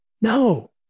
No